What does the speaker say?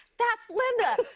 that's linda!